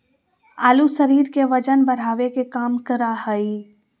आलू शरीर के वजन बढ़ावे के काम करा हइ